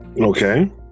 Okay